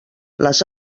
les